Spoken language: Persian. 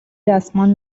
دستمال